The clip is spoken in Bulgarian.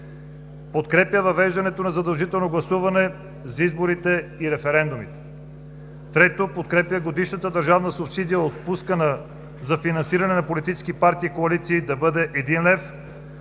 подкрепя въвеждането на задължително гласуване за изборите и референдумите. Трето, подкрепя годишната държавна субсидия, отпускана за финансиране на политически парти и коалиции да бъде 1 лев